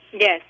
Yes